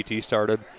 started